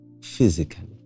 physically